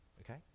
okay